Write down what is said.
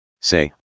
Say